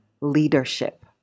leadership